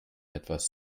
etwas